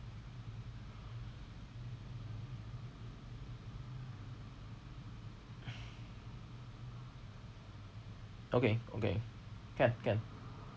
okay okay can can